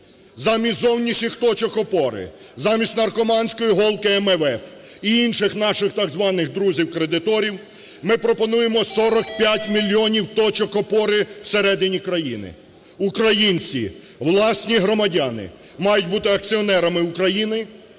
Замість зовнішніх точок опори, замість наркоманської голки МВФ і інших наших так званих друзів-кредиторів ми пропонуємо 45 мільйонів точок опори всередині країни. Українці, власні громадяни мають бути акціонерами України,